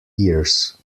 years